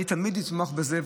אני תמיד אשמח בזה.